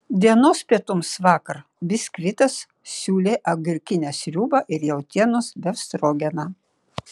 dienos pietums vakar biskvitas siūlė agurkinę sriubą ir jautienos befstrogeną